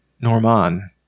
Norman